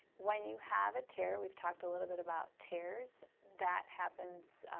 when you have a tear, we've talked a little bit about tears. that happens